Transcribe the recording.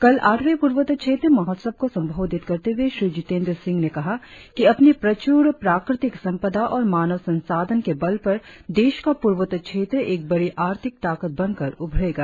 कल आठवें पूर्वोत्तर क्षेत्र महोत्सव को संबोधित करते हुए श्री जितेंद्र सिंह ने कहा कि अपनी प्रच्र प्राकृतिक संपदा और मानव संसाधन के बल पर देश का पूर्वोत्तर क्षेत्र एक बड़ी आर्थिक ताकत बनकर उभरेगा